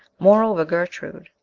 moreover, gertrude,